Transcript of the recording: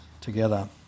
together